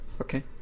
Okay